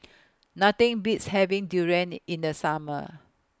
Nothing Beats having Durian in The Summer